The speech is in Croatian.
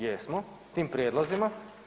Jesmo tim prijedlozima.